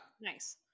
Nice